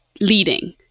leading